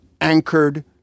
anchored